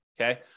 okay